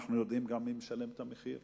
אנחנו יודעים גם מי משלם את המחיר.